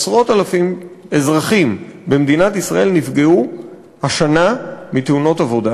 עשרות אלפי אזרחים במדינת ישראל נפגעו השנה בתאונות עבודה,